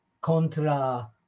contra